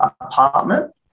apartment